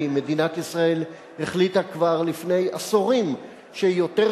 כי מדינת ישראל החליטה כבר לפני עשורים שיותר